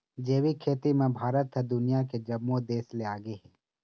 जैविक खेती म भारत ह दुनिया के जम्मो देस ले आगे हे